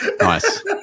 Nice